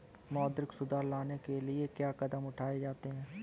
मौद्रिक सुधार लाने के लिए क्या कदम उठाए जाते हैं